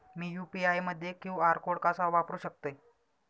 मी UPI मध्ये QR code कसा वापरु शकते?